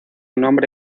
nombre